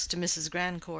but as to mrs. grandcourt,